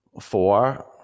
four